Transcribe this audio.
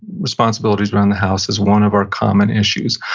responsibilities around the house is one of our common issues.